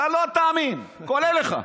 אתה לא תאמין, כולל לך,